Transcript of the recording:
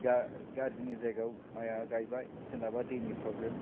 गाज्रिनि जायगायाव माइआ गायबाय सोरनाबा दैनि प्रब्लेम